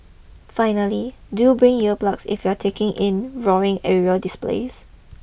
finally do bring ear plugs if you are taking in roaring aerial displays